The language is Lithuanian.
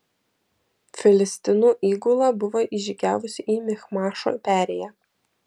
filistinų įgula buvo įžygiavusi į michmašo perėją